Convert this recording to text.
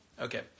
Okay